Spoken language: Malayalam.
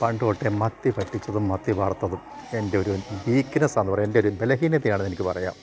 പണ്ട് തൊട്ടെ മത്തി വറ്റിച്ചതും മത്തി വറുത്തതും എൻ്റെ ഒരു വീക്ക്നസാണെന്നു പറയാം എൻ്റെ ഒരു ബലഹീനതയാണെന്ന് എനിക്ക് പറയാം